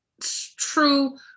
true